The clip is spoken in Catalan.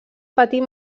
patir